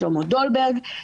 שלמה דולברג.